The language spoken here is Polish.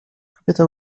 kobieta